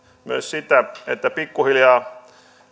myös sitä että pikkuhiljaa